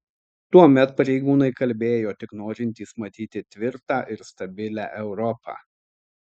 tuomet pareigūnai kalbėjo tik norintys matyti tvirtą ir stabilią europą